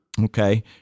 Okay